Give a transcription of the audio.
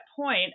point